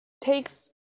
takes